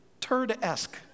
turd-esque